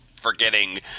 forgetting